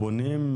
פונים?